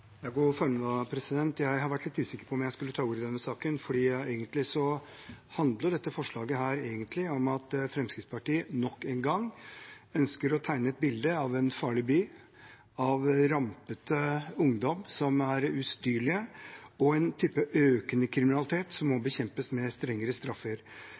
Jeg har vært litt usikker på om jeg skulle ta ordet i denne saken, for egentlig handler dette forslaget om at Fremskrittspartiet nok en gang ønsker å tegne et bilde av en farlig by, av rampete ungdommer som er ustyrlige, og en type økende kriminalitet som må bekjempes med strengere straffer.